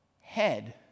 head